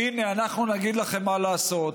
הינה, אנחנו נגיד לכם מה לעשות.